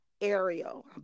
Ariel